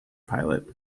pilot